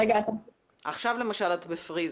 עכשיו למשל את ב-freeze.